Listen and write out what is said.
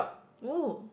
oh